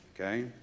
Okay